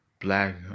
black